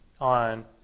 on